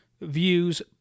views